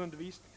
undervisningen.